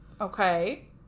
Okay